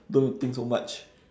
don't think so much